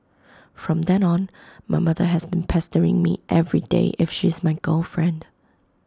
from then on my mother has been pestering me everyday if she's my girlfriend